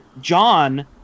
John